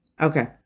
Okay